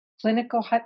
clinical